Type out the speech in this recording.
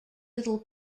little